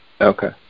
Okay